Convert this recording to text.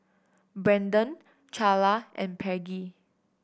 Brenden Charla and Peggy